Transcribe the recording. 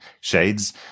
shades